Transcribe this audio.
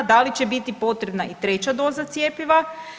Da li će biti potrebna i treća doza cjepiva?